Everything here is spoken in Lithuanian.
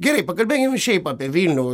gerai pakalbėkim šiaip apie vilnių